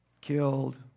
killed